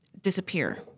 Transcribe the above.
disappear